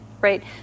right